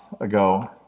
ago